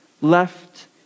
left